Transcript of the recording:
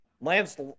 Lance